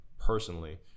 personally